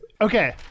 Okay